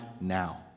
now